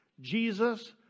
Jesus